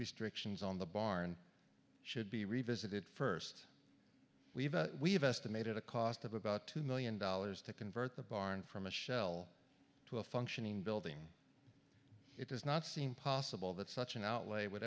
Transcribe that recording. restrictions on the barn should be revisited first we have estimated a cost of about two million dollars to convert the barn from a shell to a functioning building it does not seem possible that such an outlay would